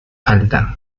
alta